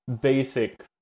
basic